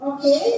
Okay